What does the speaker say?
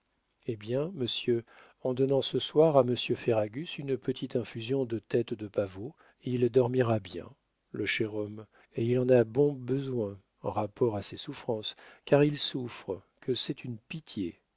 eh bien monsieur en donnant ce soir à monsieur ferragus une petite infusion de têtes de pavots il dormira bien le cher homme et il en a bon besoin rapport à ses souffrances car il souffre que c'est une pitié